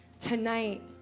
Tonight